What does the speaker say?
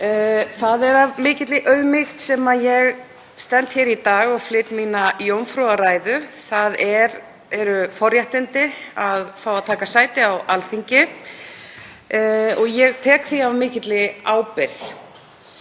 Það er af mikilli auðmýkt sem ég stend hér í dag og flyt mína jómfrúrræðu. Það eru forréttindi að fá að taka sæti á Alþingi. Ég tek því af mikilli ábyrgð.